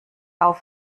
auf